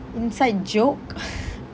inside joke